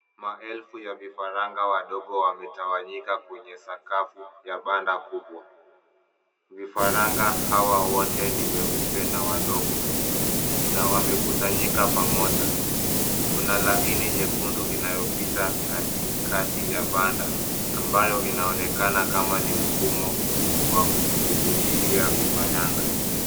Maelfu wa vifaranga wadogo wametawanyika kwenye sakafu ya banda kubwa. Vifaranga hawa wote ni weupe na ni wadogo na wamekusanyika pamoja. Kuna laini nyekundu inayopita katikati ya banda ambayo inaonekana kama ni mfumo wa kulishia vifaranga.